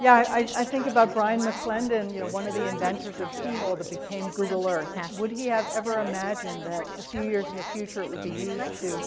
yeah, i think about brian mcclendon, you know one of the inventors of keyhole that became google earth. would he have ever imagined that a few years in the future, it would be used to